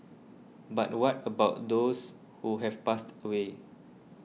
but what about those who have passed away